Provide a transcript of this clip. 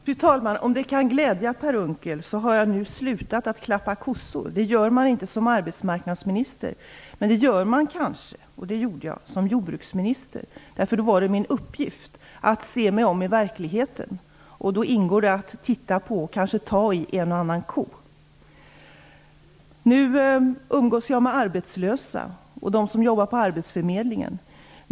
Fru talman! Om det kan glädja Per Unckel har jag slutat att klappa kossor nu. Det gör man inte som arbetsmarknadsminister. Men det gör man kanske som jordbruksminister, och det gjorde jag. Då var det min uppgift att se mig om i verkligheten, och då ingår det att titta på och kanske ta i en och annan ko. Nu umgås jag med arbetslösa och dem som jobbar på arbetsförmedlingen.